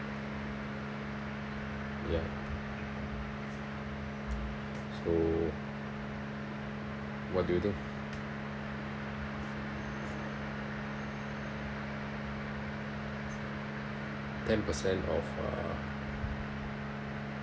ya so what do you think ten percent of uh